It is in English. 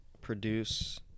produce